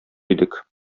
идек